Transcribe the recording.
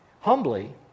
humbly